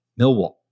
Millwall